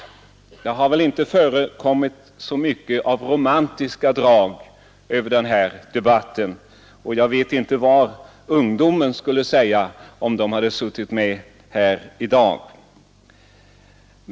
Det har väl inte förekommit så mycket av romantiska drag i den här debatten, och jag vet inte vad ungdomen skulle ha sagt om den suttit med här i dag.